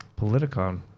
Politicon